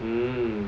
mm